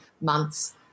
months